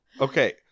Okay